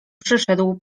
przyszedł